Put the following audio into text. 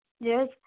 yes